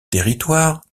territoires